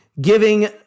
giving